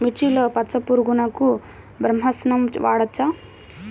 మిర్చిలో పచ్చ పురుగునకు బ్రహ్మాస్త్రం వాడవచ్చా?